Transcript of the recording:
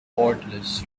cordless